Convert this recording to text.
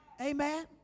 Amen